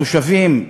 התושבים,